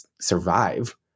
survive